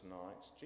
nights